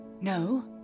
No